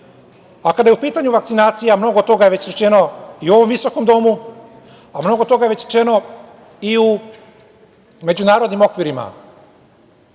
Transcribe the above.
je u pitanju vakcinacija, mnogo toga je već rečeno i u ovom visokom domu, a mnogo toga je već rečeno i u međunarodnim okvirima.